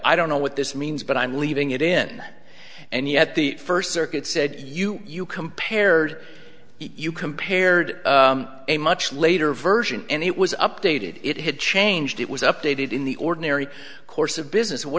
i don't know what this means but i'm leaving it in and yet the first circuit said you you compared you compared a much later version and it was updated it had changed it was updated in the ordinary course of business what